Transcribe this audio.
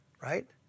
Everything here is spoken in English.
Right